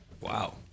Wow